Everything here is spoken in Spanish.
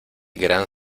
gran